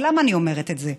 ולמה אני אומרת את זה?